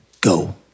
go